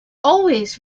always